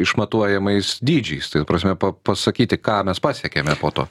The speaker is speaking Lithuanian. išmatuojamais dydžiais tai prasme pasakyti ką mes pasiekėme po to